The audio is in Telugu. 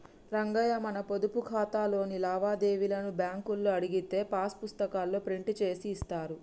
రంగయ్య మన పొదుపు ఖాతాలోని లావాదేవీలను బ్యాంకులో అడిగితే పాస్ పుస్తకాల్లో ప్రింట్ చేసి ఇస్తారు